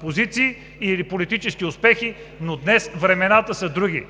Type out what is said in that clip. позиции или политически успехи, но днес времената са други.